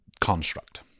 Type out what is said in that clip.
construct